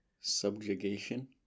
Subjugation